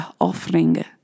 offering